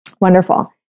Wonderful